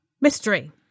mystery